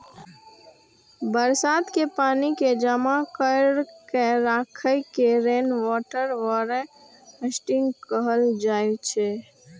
बरसात के पानि कें जमा कैर के राखै के रेनवाटर हार्वेस्टिंग कहल जाइ छै